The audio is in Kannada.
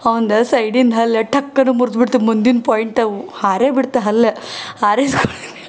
ಅವ್ನದ್ ಸೈಡಿಂದ ಹಲ್ಲು ಟಕ್ಕನೆ ಮುರಿದ್ಬಿಡ್ತು ಮುಂದಿನ ಪಾಯಿಂಟವು ಹಾರೇ ಬಿಡ್ತು ಹಲ್ಲು ಹಾರಿದ ಕೂಡ್ಲೆನೆ